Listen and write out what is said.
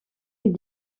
les